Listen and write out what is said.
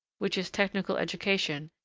which is technical education,